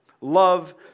Love